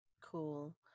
Cool